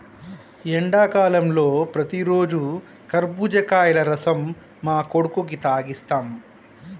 ఎండాకాలంలో ప్రతిరోజు కర్బుజకాయల రసం మా కొడుకుకి తాగిస్తాం